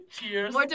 Cheers